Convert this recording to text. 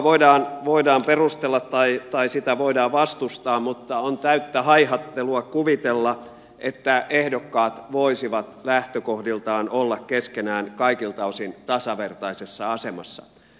kampanjakattoa voidaan perustella tai sitä voidaan vastustaa mutta on täyttä haihattelua kuvitella että ehdokkaat voisivat lähtökohdiltaan olla keskenään kaikilta osin tasavertaisessa asemassa